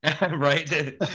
Right